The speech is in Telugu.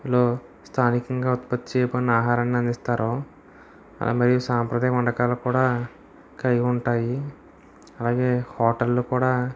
లో స్థానికంగా ఉత్పత్తి చేయబడిన ఆహారాన్ని అందిస్తారు మీరు సాంప్రదాయ వంటకాలకు కూడా కలిగి ఉంటాయి అలాగే హోటల్లు కూడా